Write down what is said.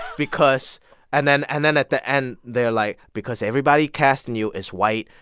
because and then and then at the end, they're like, because everybody casting you is white,